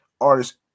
artist